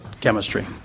chemistry